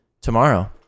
tomorrow